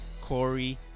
Corey